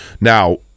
Now